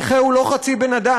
נכה הוא לא חצי בן-אדם.